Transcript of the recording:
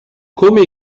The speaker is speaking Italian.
come